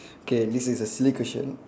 okay this is a silly question